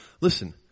Listen